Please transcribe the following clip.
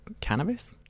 cannabis